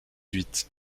huit